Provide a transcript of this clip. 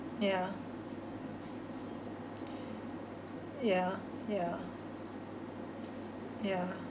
yeah yeah yeah yeah